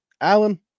Alan